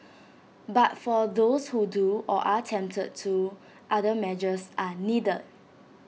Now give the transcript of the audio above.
but for those who do or are tempted to other measures are needed